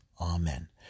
Amen